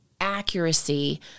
Accuracy